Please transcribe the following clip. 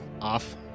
off